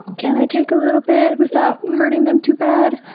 can i take a little bit without hurting them too bad?